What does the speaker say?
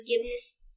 forgiveness